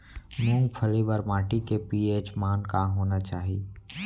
मूंगफली बर माटी के पी.एच मान का होना चाही?